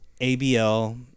ABL